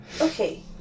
Okay